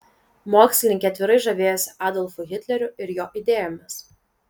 mokslininkė atvirai žavėjosi adolfu hitleriu ir jo idėjomis